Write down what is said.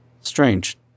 Strange